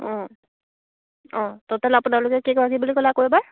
অঁ অঁ ট'টেল আপোনালোকে কেইগৰাকী বুলি ক'লে আকৌ এবাৰ